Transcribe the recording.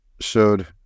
showed